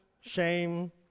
shame